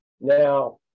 Now